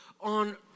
on